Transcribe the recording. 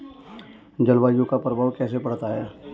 जलवायु का प्रभाव कैसे पड़ता है?